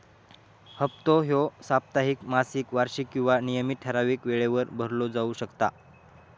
हप्तो ह्यो साप्ताहिक, मासिक, वार्षिक किंवा नियमित ठरावीक वेळेवर भरलो जाउ शकता